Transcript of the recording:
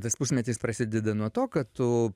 tas pusmetis prasideda nuo to kad tu